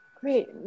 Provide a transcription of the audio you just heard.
Great